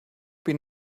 been